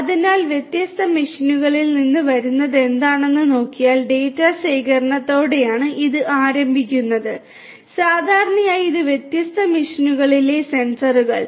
അതിനാൽ വ്യത്യസ്ത മെഷീനുകളിൽ നിന്ന് വരുന്നതെന്താണെന്ന് നോക്കിയാൽ ഡാറ്റ ശേഖരണത്തോടെയാണ് ഇത് ആരംഭിക്കുന്നത് സാധാരണയായി ഈ വ്യത്യസ്ത മെഷീനുകളിലെ സെൻസറുകൾ